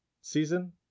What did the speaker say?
season